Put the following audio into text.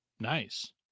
Nice